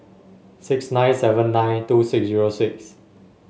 six nine seven nine two six zero six